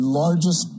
largest